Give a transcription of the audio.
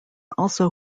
also